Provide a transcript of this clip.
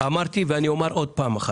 אמרתי ואני אומר שוב.